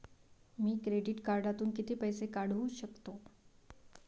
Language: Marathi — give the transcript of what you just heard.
मी क्रेडिट कार्डातून किती पैसे काढू शकतो?